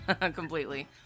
Completely